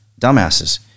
Dumbasses